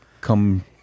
come